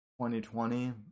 2020